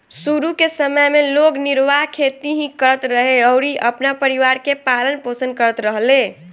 शुरू के समय में लोग निर्वाह खेती ही करत रहे अउरी अपना परिवार के पालन पोषण करत रहले